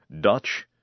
Dutch